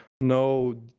no